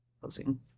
closing